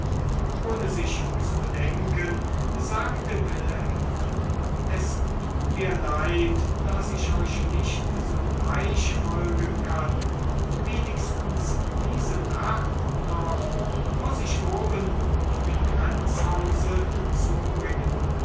ohne sich zu bedenken sagte wilhelm es tut mir leid daß ich euch nicht sogleich folgen kann wenigstens diese nacht noch muß ich oben auf dem grenzhause zubringen